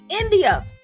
India